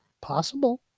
possible